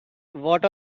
what